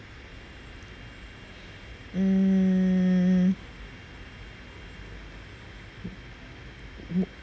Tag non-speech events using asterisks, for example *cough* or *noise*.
mm *noise*